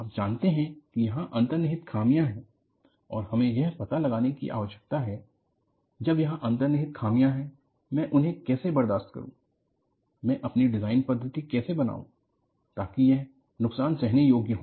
आप जानते हैं कि यहां अंतर्निहित खामियाँ हैं और हमें यह पता लगाने की आवश्यकता है जब यहाँ अंतर्निहित खामियाँ हैं मैं उन्हें कैसे बर्दाश्त करूं मैं अपनी डिजाइन पद्धति कैसे बनाऊं ताकि यह नुकसान सहने योग्य हों